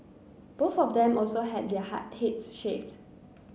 both of them also had their heads shaved